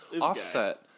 Offset